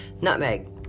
Nutmeg